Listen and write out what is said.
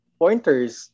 pointers